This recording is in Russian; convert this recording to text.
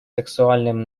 сексуальным